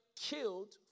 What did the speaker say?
killed